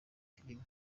filime